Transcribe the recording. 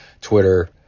Twitter